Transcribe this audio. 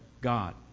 God